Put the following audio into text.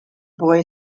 boy